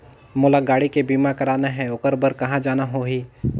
मोला गाड़ी के बीमा कराना हे ओकर बार कहा जाना होही?